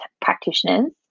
practitioners